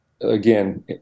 again